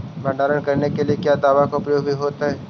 भंडारन करने के लिय क्या दाबा के प्रयोग भी होयतय?